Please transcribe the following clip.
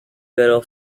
little